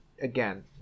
again